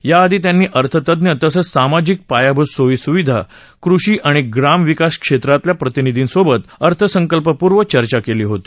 याआधी त्यांनी अर्थतज्ञ तसंच सामाजिक पायाभूत सोयी सुविधा कृषी आणि ग्राम विकास क्षेत्रातल्या प्रतिनिधींसोबत अर्थसंकल्पपूर्व चर्चा केली होती